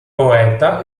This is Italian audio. poeta